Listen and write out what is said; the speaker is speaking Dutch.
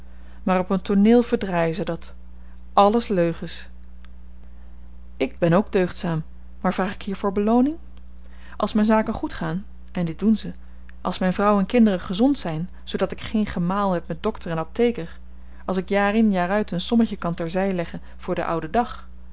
op een tooneel verdraaien ze dat alles leugens ik ben ook deugdzaam maar vraag ik hiervoor belooning als myn zaken goed gaan en dit doen ze als myn vrouw en kinderen gezond zyn zoodat ik geen gemaal heb met dokter en apteker als ik jaar in jaar uit een sommetje kan ter zy leggen voor den ouden dag